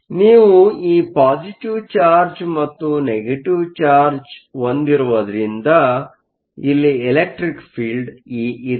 ಆದ್ದರಿಂದ ನೀವು ಈ ಪಾಸಿಟಿವ್ ಚಾರ್ಜ್ ಮತ್ತು ನೆಗೆಟಿವ್ ಚಾರ್ಜ್ ಹೊಂದಿರುವುದರಿಂದ ಇಲ್ಲಿ ಇಲೆಕ್ಟ್ರಿಕ್ ಫೀಲ್ಡ್ ಇ ಇದೆ